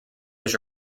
was